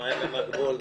השמים הם הגבול,